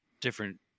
different